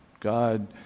God